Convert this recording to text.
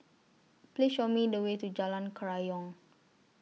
Please Show Me The Way to Jalan Kerayong